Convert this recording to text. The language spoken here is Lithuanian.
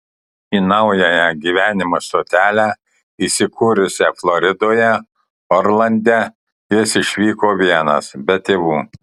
į naująją gyvenimo stotelę įsikūrusią floridoje orlande jis išvyko vienas be tėvų